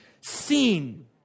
seen